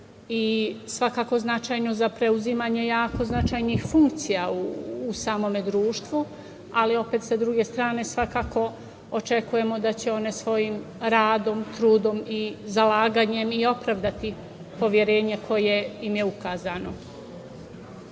Svakako je značajno za preuzimanje jako značajnih funkcija u samom društvu, ali opet sa druge strane, svakako očekujemo da će one svojim radom, trudom i zalaganjem opravdati poverenje koje im je ukazano. Svakako